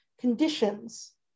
conditions